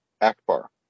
Akbar